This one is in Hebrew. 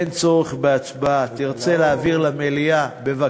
אין צורך בהצבעה, בבקשה.